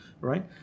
Right